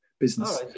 business